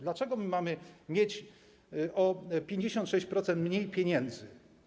Dlaczego my mamy mieć o 56% mniej pieniędzy?